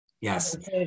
yes